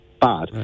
bad